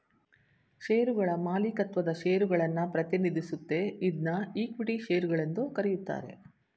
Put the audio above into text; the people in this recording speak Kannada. ಶೇರುಗಳ ಮಾಲೀಕತ್ವದ ಷೇರುಗಳನ್ನ ಪ್ರತಿನಿಧಿಸುತ್ತೆ ಇದ್ನಾ ಇಕ್ವಿಟಿ ಶೇರು ಗಳೆಂದು ಕರೆಯುತ್ತಾರೆ